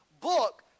book